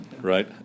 right